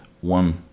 one